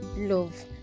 love